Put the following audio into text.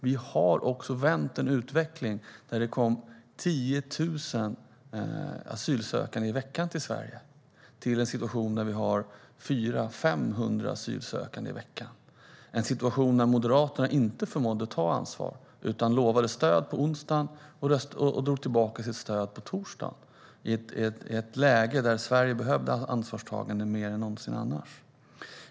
Vi har också vänt utvecklingen när det gäller antalet asylsökande och gått från 10 000 nya asylsökande i veckan i Sverige till 400-500. I det avseendet förmådde inte Moderaterna ta ansvar, utan man lovade stöd på onsdagen men drog tillbaka sitt stöd på torsdagen i ett läge där Sverige behövde ansvarstagande mer än någonsin annars.